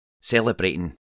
celebrating